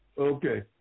Okay